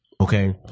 okay